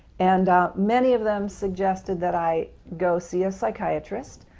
and many of them suggested that i go see a psychiatrist,